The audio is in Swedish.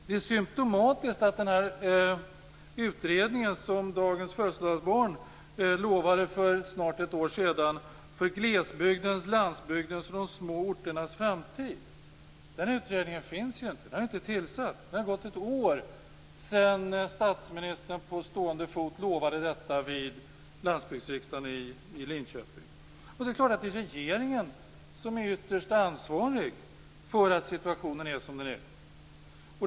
Det är symtomatiskt att den utredning som dagens födelsedagsbarn lovade för snart ett år sedan - för glesbygdens, landsbygdens och de små orternas framtid - inte finns. Den är inte tillsatt. Det har gått ett år sedan statsministern på stående fot lovade detta vid landsbygdsriksdagen i Linköping. Det är klart att det är regeringen som är ytterst ansvarig för att situationen är som den är.